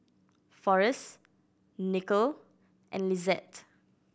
Forest Nichol and Lizette